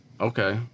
Okay